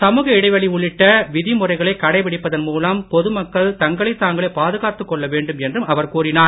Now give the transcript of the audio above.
சமூக இடைவெளி உள்ளிட்ட விதிமுறைகளை கடைபிடிப்பதன் மூலம் பொதுமக்கள் தங்களைத் தாங்களே பாதுகாத்துக் கொள்ள வேண்டும் என்றும் அவர் கூறினார்